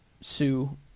Sue